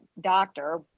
doctor